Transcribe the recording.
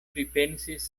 pripensis